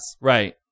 right